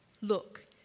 look